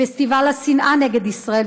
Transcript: פסטיבל השנאה נגד ישראל,